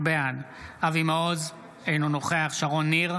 בעד אבי מעוז, אינו נוכח שרון ניר,